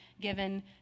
given